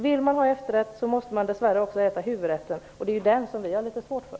Vill man ha efterrätt, måste man dess värre också äta huvudrätten, och det är den som vi har litet svårt för.